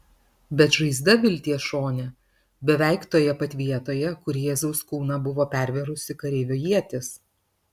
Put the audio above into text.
bet žaizda vilties šone beveik toje pat vietoje kur jėzaus kūną buvo pervėrusi kareivio ietis